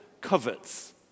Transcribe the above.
covets